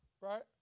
right